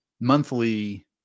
monthly